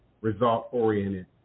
result-oriented